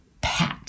pat